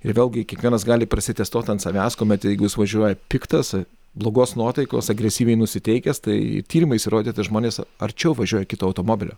ir vėlgi kiekvienas gali prasitetuot ant savęs kuomet jeigu jis važiuoja piktas blogos nuotaikos agresyviai nusiteikęs tai tyrimais įrodyta žmonės arčiau važiuoja kito automobilio